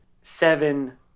seven